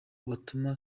batuma